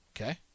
Okay